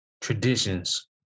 traditions